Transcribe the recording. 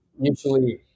usually